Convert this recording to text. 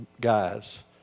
guys